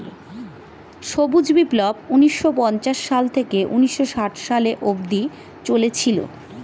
সবুজ বিপ্লব ঊন্নিশো পঞ্চাশ সাল থেকে ঊন্নিশো ষাট সালে অব্দি চলেছিল